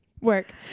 Work